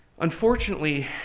Unfortunately